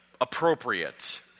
appropriate